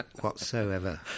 whatsoever